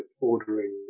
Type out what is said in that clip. ordering